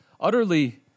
utterly